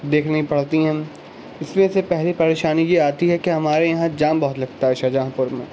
دیکھنی پڑتی ہیں اس میں سے پہلی پریشانی یہ آتی ہے کہ ہمارے یہاں جام بہت لگتا ہے شاہجہاں پور میں